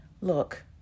look